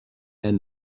and